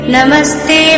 Namaste